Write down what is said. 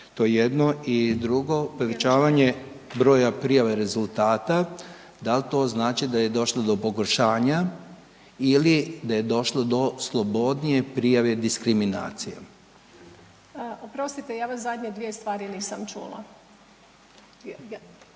To je jedno. I drugo, povećavanje broja prijave rezultata dal to znači da je došlo do pogoršanja ili da je došlo do slobodnije prijave diskriminacije? **Ljubičić, Višnja** Oprostite, ja vas zadnje dvije stvari nisam čula. Aha,